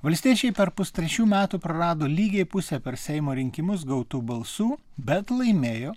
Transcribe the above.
valstiečiai per pustrečių metų prarado lygiai pusę per seimo rinkimus gautų balsų bet laimėjo